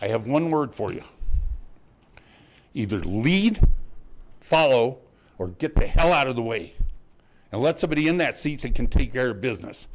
i have one word for you either lead follow or get the hell out of the way and let somebody in that seat and can take care of business